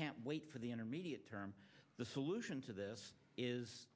can't wait for the intermediate term the solution to this is